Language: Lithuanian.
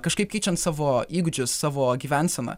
kažkaip keičiant savo įgūdžius savo gyvenseną